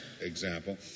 example